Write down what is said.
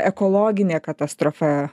ekologinė katastrofa